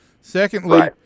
Secondly